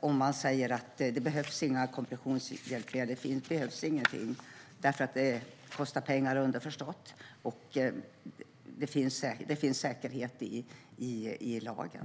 om man säger att det inte behövs några kompressionshjälpmedel eller något annat - underförstått därför att det kostar pengar. Och det finns säkerhet i lagen.